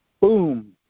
boom